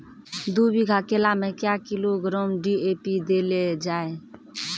दू बीघा केला मैं क्या किलोग्राम डी.ए.पी देले जाय?